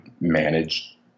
manage